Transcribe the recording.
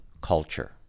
culture